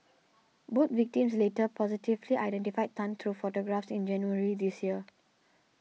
both victims later positively identified Tan through photographs in January this year